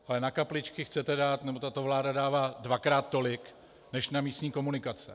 Ale na kapličky chcete dát, nebo tato vláda dává dvakrát tolik než na místní komunikace.